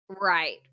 Right